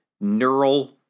neural